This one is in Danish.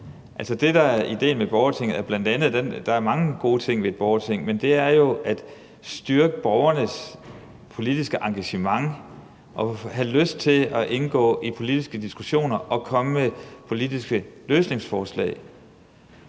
gode ting ved et borgerting – er jo at styrke borgernes politiske engagement og lyst til at indgå i politiske diskussioner og komme med politiske løsningsforslag.